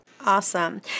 Awesome